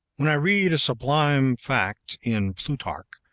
when i read a sublime fact in plutarch,